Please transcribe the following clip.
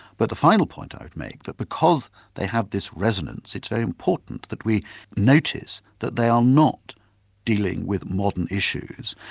but the final point i'd make, that because they have this resonance, it's very important that we notice that they are not dealing with modern issues,